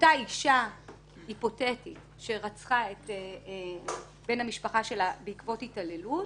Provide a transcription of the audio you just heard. אותה אישה היפותטית שרצחה את בן המשפחה בעקבות התעללות